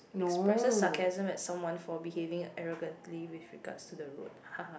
expressing sarcasm at someone for behaving arrogantly with regards to the road haha